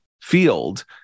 field